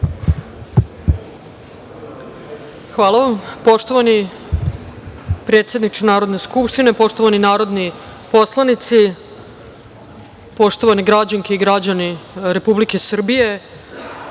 Hvala vam. Poštovani predsedniče Narodne skupštine, poštovani narodni poslanici, poštovane građanke i građani Republike Srbije,